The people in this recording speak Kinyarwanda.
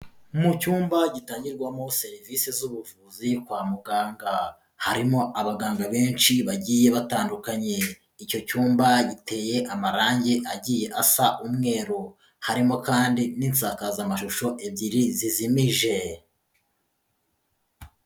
Mu cyumba gitangirwamo serivisi z'ubuvuzi kwa muganga, harimo abaganga benshi bagiye batandukanye, icyo cyumba giteye amarange agiye asa umweru, harimo kandi n'insakazamashusho ebyiri zizimije.